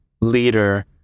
leader